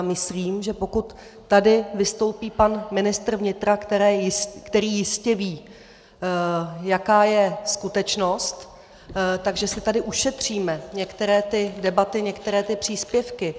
Myslím, že pokud tady vystoupí pan ministr vnitra, který jistě ví, jaká je skutečnost, že si tady ušetříme některé ty debaty, některé ty příspěvky.